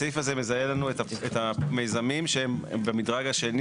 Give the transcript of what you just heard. הסעיף הזה מזהה לנו את המיזמים שהם במדרג השני